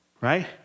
Right